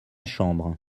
chambre